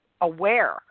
aware